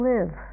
Live